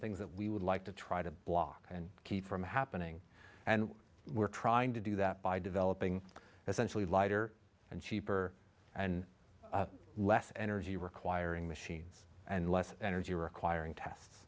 things that we would like to try to block and keep from happening and we're trying to do that by developing the century lighter and cheaper and less energy requiring machines and less energy requiring tests